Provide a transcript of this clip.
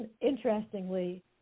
interestingly